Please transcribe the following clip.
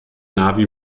navi